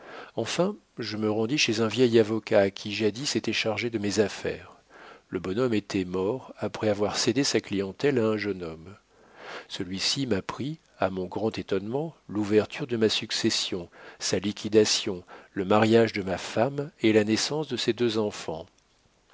enfin je me rendis chez un vieil avocat qui jadis était chargé de mes affaires le bonhomme était mort après avoir cédé sa clientèle à un jeune homme celui-ci m'apprit à mon grand étonnement l'ouverture de ma succession sa liquidation le mariage de ma femme et la naissance de ses deux enfants